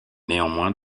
néanmoins